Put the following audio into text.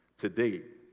to date,